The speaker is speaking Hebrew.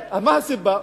מה הסיבה?